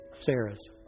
Sarah's